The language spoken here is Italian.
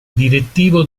direttivo